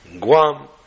Guam